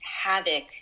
havoc